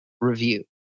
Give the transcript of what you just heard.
review